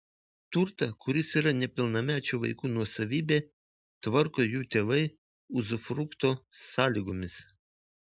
turtą kuris yra nepilnamečių vaikų nuosavybė tvarko jų tėvai uzufrukto sąlygomis